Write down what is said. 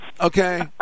okay